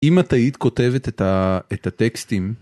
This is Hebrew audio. אם את היית כותבת את הטקסטים